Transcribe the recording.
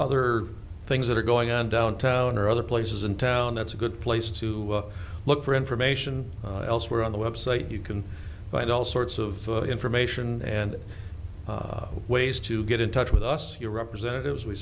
other things that are going on downtown or other places in town that's a good place to look for information elsewhere on the web site you can find all sorts of information and ways to get in touch with us here representatives we